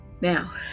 Now